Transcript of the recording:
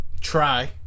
try